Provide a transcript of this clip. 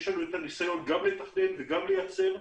יש לנו את הניסיון גם לתכנן וגם לייצר.